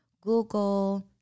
Google